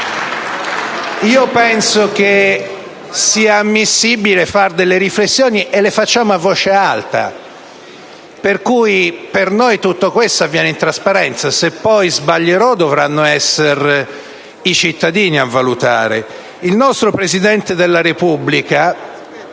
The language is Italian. Io penso che sia ammissibile fare delle riflessioni, e le facciamo a voce alta: per noi tutto questo avviene in trasparenza. Se poi sbaglierò, dovranno essere i cittadini a valutare. Il nostro Presidente della Repubblica...